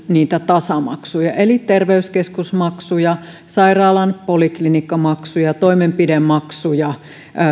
niitä tasamaksuja eli terveyskeskusmaksuja sairaalan poliklinikkamaksuja toimenpidemaksuja